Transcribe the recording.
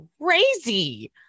Crazy